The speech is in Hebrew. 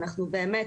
אנחנו באמת